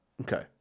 Okay